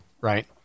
right